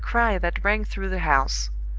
with a cry that rang through the house.